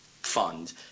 fund